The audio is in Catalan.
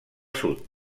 sud